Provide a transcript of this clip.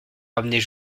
ramener